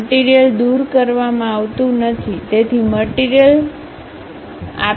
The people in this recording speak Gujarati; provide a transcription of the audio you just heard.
મટીરીયલ દૂર કરવામાં આવતી નથી તેથી મટીરીયલ દૂર કરવામાં આવતી નથી